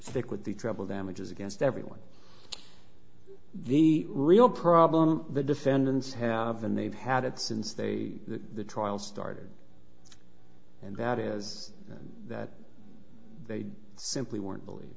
stick with the treble damages against everyone the real problem the defendants have and they've had it since they the trial started and that is that they simply weren't believe